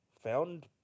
found